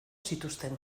zituzten